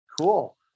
Cool